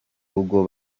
rugo